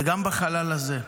וגם בחלל הזה.